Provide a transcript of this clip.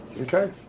Okay